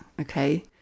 okay